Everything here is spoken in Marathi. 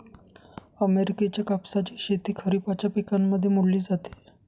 अमेरिकेच्या कापसाची शेती खरिपाच्या पिकांमध्ये मोडली जाते